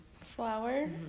Flower